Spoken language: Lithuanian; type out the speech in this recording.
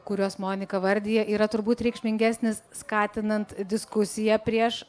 kuriuos monika vardija yra turbūt reikšmingesnis skatinant diskusiją prieš